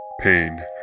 Pain